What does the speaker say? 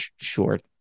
short